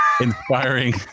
inspiring –